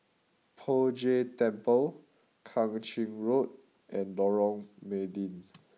Poh Jay Temple Kang Ching Road and Lorong Mydin